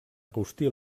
agustí